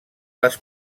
les